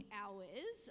hours